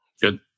Good